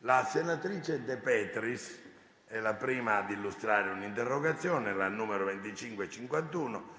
La senatrice De Petris ha facoltà di illustrare l'interrogazione